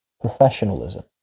professionalism